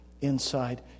inside